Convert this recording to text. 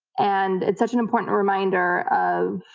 and it's such an important reminder of,